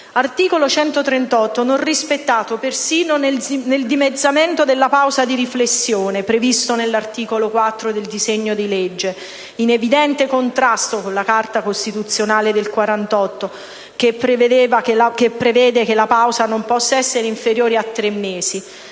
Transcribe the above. Articolo 138 non rispettato persino nel dimezzamento della pausa di riflessione, previsto dall'articolo 4 di questo disegno di legge, in evidente contrasto con la Carta del 1948, che prevede che la pausa non possa essere inferiore a tre mesi.